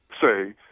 say